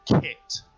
kicked